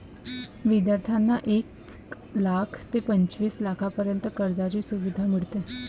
विद्यार्थ्यांना एक लाख ते पंचवीस लाखांपर्यंत कर्जाची सुविधा मिळते